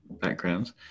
backgrounds